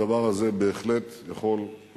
הדבר הזה בהחלט יכול להשפיע.